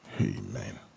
Amen